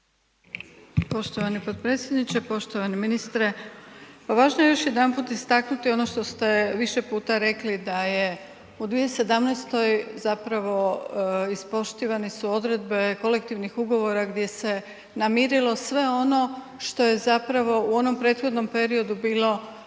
Poštovani potpredsjedniče, poštovani ministre. Pa važno je još jedanput istaknuti ono što ste više puta rekli da je u 2017. zapravo ispoštovane su odredbe kolektivnih ugovora gdje se namirilo sve ono što je zapravo u onom prethodnom periodu bilo